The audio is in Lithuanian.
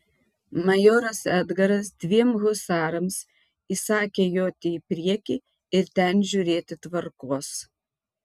majoras edgaras dviem husarams įsakė joti į priekį ir ten žiūrėti tvarkos